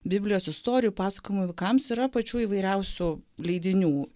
biblijos istorijų pasakojimų vaikams yra pačių įvairiausių leidinių